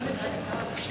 אחמד, אתה יודע, .